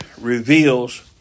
reveals